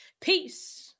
Peace